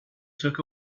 took